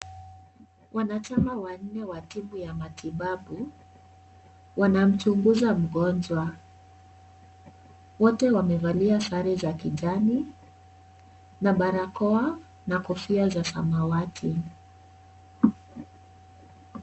Wanachama wanne wa timu ya matibabu wanamchunguza mgonjwa. Wote wamevalia sare za kijani na barakoa na kofia za samawati.